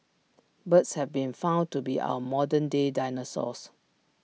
birds have been found to be our modern day dinosaurs